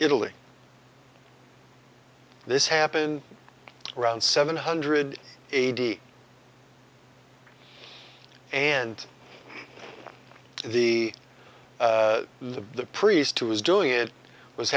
italy this happened around seven hundred eighty and the the priest who was doing it was